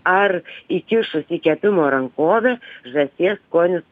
ar įkišus į kepimo rankovę žąsies skonis